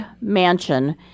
mansion